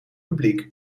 publiek